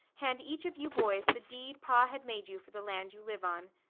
hand each of you boys the deed pa had made you for the land you live on.